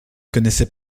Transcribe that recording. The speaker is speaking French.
connaissais